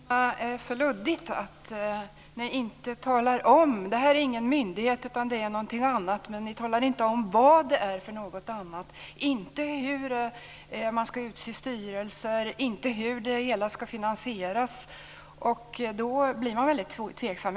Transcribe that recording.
Herr talman! Det är just det som är så luddigt. Ni talar inte om hur det ska se ut. Det här ska inte vara någon myndighet utan någonting annat, men ni talar inte om vad det är för något annat. Ni talar inte om hur man ska utse styrelser eller hur det hela ska finansieras. Då blir man väldigt tveksam.